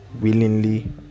willingly